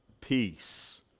peace